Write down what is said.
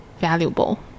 valuable